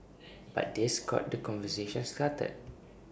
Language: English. but this got the conversation started